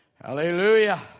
Hallelujah